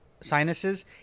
sinuses